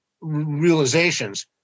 realizations